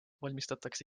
valmistatakse